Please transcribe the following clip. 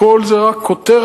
הכול זה רק כותרת?